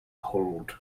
hold